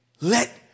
let